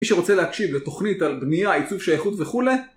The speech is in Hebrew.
מי שרוצה להקשיב לתוכנית על בנייה, עיצוב שייכות וכולי,